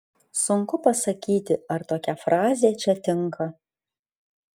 sunku pasakyti ar tokia frazė čia tinka